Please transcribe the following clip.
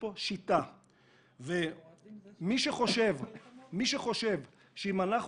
מה שמשנה זה שיש פה שיטה ומי שחושב שאם אנחנו